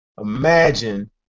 imagine